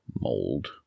Mold